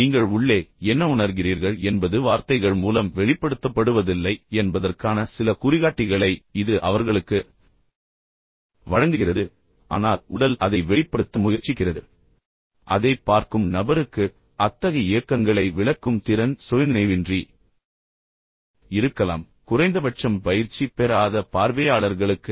நீங்கள் உள்ளே என்ன உணர்கிறீர்கள் என்பது வார்த்தைகள் மூலம் வெளிப்படுத்தப்படுவதில்லை என்பதற்கான சில குறிகாட்டிகளை இது அவர்களுக்கு வழங்குகிறது ஆனால் உடல் அதை வெளிப்படுத்த முயற்சிக்கிறது இப்போது அதைப் பார்க்கும் நபருக்கு அத்தகைய இயக்கங்களை விளக்கும் திறன் சுயநினைவின்றி இருக்கலாம் குறைந்தபட்சம் பயிற்சி பெறாத பார்வையாளர்களுக்கு